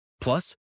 Plus